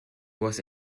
was